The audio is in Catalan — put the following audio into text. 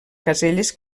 caselles